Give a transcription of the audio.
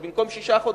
או במקום שישה חודשים,